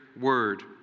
word